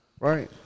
Right